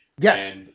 Yes